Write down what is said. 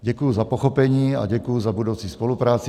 Děkuji za pochopení a děkuji za budoucí spolupráci.